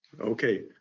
Okay